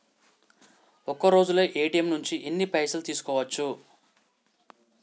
ఒక్కరోజులో ఏ.టి.ఎమ్ నుంచి ఎన్ని పైసలు తీసుకోవచ్చు?